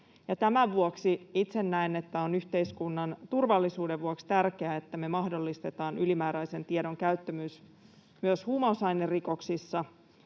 tämän vuoksi itse näen, että on yhteiskunnan turvallisuuden vuoksi tärkeää, että me mahdollistetaan ylimääräisen tiedon käyttö myös huumausainerikoksissa,